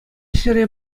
ҫӗре